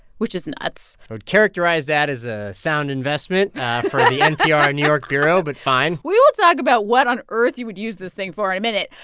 which is nuts i would characterize that as a sound investment for the npr new york bureau, but fine we will talk about what on earth you would use this thing for in a minute.